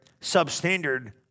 substandard